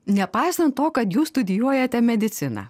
nepaisant to kad jūs studijuojate mediciną